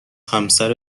همسر